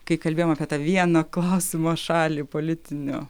kai kalbėjom apie tą vieno klausimo šalį politinio